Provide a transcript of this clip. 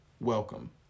Welcome